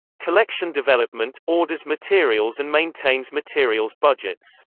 collection development orders materials and maintains materials budgets.